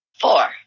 Four